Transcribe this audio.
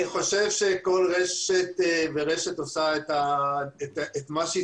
אני חושב שכל רשת ורשת עושה את מה שהיא